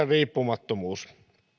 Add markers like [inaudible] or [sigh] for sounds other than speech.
[unintelligible] riippumattomuus